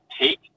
take